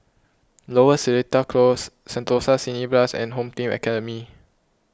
Lower Seletar Close Sentosa Cineblast and Home Team Academy